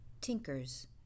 Tinkers